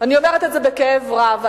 אני אומרת את זה בכאב רב.